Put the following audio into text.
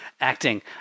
acting